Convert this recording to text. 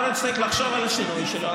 יכול להיות שצריך לחשוב על השינוי שלו,